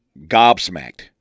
gobsmacked